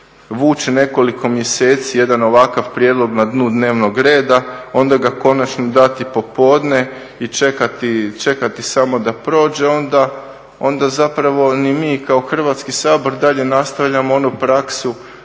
vući nekoliko mjeseci jedan ovakav prijedlog na dnu dnevnog reda, onda ga konačno dati popodne i čekati samo da prođe, onda zapravo ni mi kao Hrvatski sabor dalje nastavljamo onu praksu